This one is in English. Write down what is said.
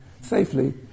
safely